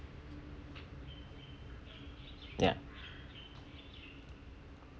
ya